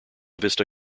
vista